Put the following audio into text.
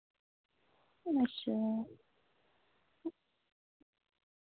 अच्छा